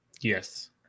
Yes